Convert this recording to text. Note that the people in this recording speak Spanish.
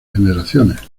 generaciones